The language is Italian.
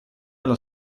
alla